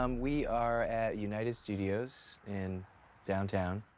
um we are at united studios in downtown,